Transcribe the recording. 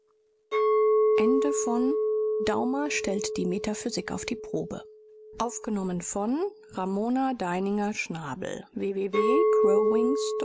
daumer stellt die metaphysik auf die probe